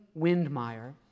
Windmeyer